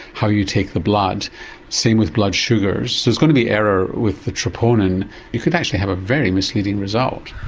how you take the blood same with blood sugars, so there's going to be error with the troponin you could actually have a very misleading result.